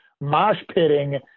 mosh-pitting